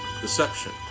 deception